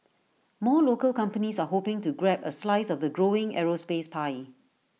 more local companies are hoping to grab A slice of the growing aerospace pie